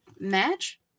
match